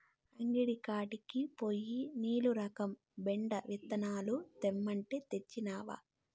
అంగడి కాడికి పోయి మీలురకం బెండ విత్తనాలు తెమ్మంటే, తెచ్చినవా